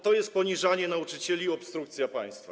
To jest poniżanie nauczycieli i obstrukcja państwa.